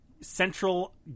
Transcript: central